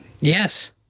Yes